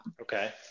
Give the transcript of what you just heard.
okay